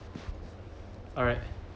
alright